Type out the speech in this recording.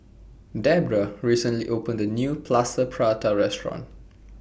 Debera recently opened A New Plaster Prata Restaurant